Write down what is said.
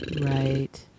Right